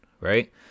right